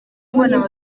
mbona